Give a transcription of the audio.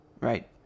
right